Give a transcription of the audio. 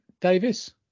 Davis